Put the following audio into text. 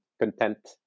content